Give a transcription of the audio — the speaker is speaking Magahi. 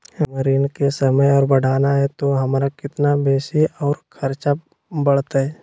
हमर ऋण के समय और बढ़ाना है तो हमरा कितना बेसी और खर्चा बड़तैय?